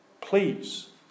Please